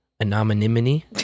anonymity